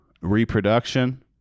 reproduction